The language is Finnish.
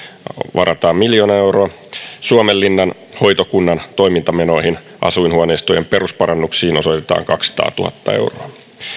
varataan miljoona euroa suomenlinnan hoitokunnan toimintamenoihin asuinhuoneistojen perusparannuksiin osoitetaan kaksisataatuhatta euroa